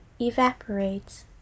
evaporates